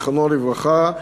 זיכרונו לברכה,